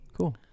Cool